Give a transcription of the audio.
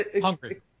hungry